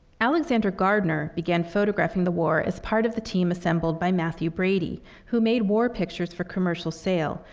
alexander gardner began photographing the war as part of the team assembled by matthew brady, who made war pictures for commercial sale,